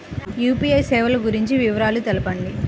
UPI సేవలు గురించి వివరాలు తెలుపండి?